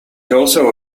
also